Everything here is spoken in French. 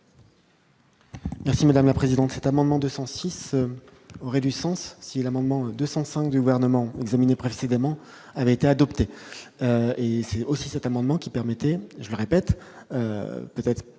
Merci madame la présidente,